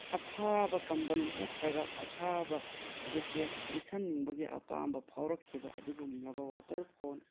ꯑꯊꯥꯕ ꯀꯝꯕꯜ ꯅꯠꯇ꯭ꯔꯒ ꯑꯊꯥꯕ ꯖꯦꯀꯦꯠ ꯂꯤꯠꯁꯟꯅꯤꯡꯕꯒꯤ ꯑꯄꯥꯝꯕ ꯐꯥꯎꯔꯛꯈꯤꯕ ꯑꯗꯨꯒꯨꯝꯂꯕ ꯋꯥꯇꯔ ꯐꯣꯜ